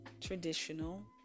traditional